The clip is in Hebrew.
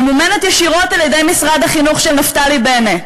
ממומנת ישירות על-ידי משרד החינוך של נפתלי בנט,